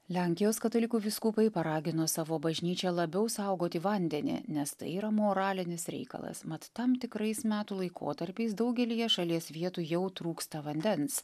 lenkijos katalikų vyskupai paragino savo bažnyčią labiau saugoti vandenį nes tai yra moralinis reikalas mat tam tikrais metų laikotarpiais daugelyje šalies vietų jau trūksta vandens